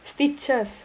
stitches